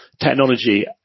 technology